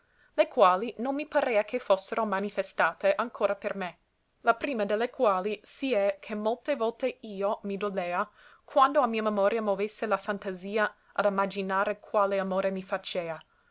le quali non mi parea che fossero manifestate ancora per me la prima de le quali si è che molte volte io mi dolea quando a mia memoria movesse la fantasia ad imaginare quale amore mi facea